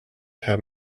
have